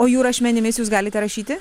o jų rašmenimis jūs galite rašyti